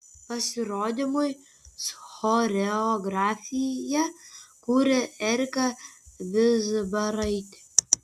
pasirodymui choreografiją kūrė erika vizbaraitė